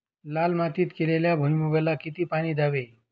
लाल मातीत केलेल्या भुईमूगाला किती पाणी द्यावे?